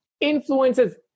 influences